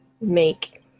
make